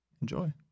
Enjoy